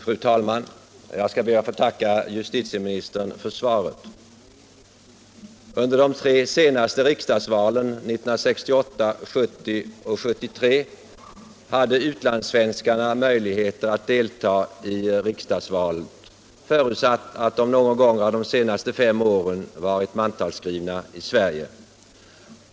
Fru talman! Jag ber att få tacka justitieministern för svaret. I de tre senaste riksdagsvalen — 1968, 1970 och 1973 — hade utlandssvenskarna möjlighet att delta, förutsatt att de någon gång under de närmast föregående fem åren varit mantalsskrivna i Sverige.